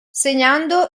segnando